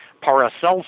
Paracelsus